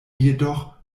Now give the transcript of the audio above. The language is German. jedoch